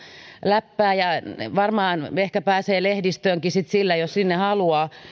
läppää ja varmaan ehkä pääsee lehdistöönkin sitten sillä jos sinne haluaa